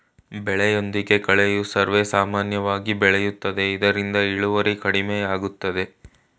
ಬೆಳೆಯೊಂದಿಗೆ ಕಳೆಯು ಸರ್ವೇಸಾಮಾನ್ಯವಾಗಿ ಬೆಳೆಯುತ್ತದೆ ಇದರಿಂದ ಇಳುವರಿ ಕಡಿಮೆಯಾಗುತ್ತದೆ